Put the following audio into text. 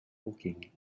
walking